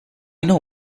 know